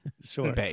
Sure